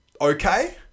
Okay